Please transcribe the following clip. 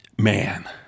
man